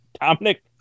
Dominic